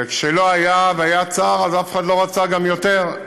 כשלא היה, והיה צר, אף אחד לא רצה גם יותר.